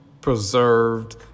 preserved